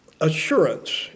assurance